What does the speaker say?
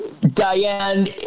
Diane